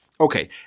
Okay